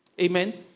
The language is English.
Amen